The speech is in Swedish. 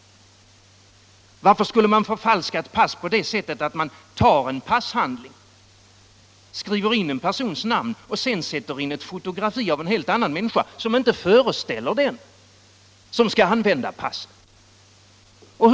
Varför skulle man förfalska ett pass på det sättet att man tar en passhandling, skriver in en persons namn och sedan sätter in ett fotografi som inte föreställer den som skall använda passet?